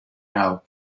now